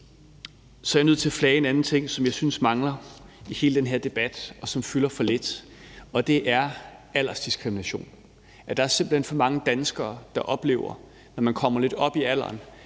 Så er jeg nødt til at flage en anden ting, som jeg synes mangler i hele den her debat, og som fylder for lidt, og det er aldersdiskrimination. Der er simpelt hen for mange danskere, der oplever, når de kommer lidt op i alderen,